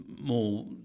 more